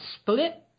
split